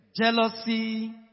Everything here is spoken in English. jealousy